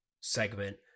segment